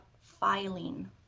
filing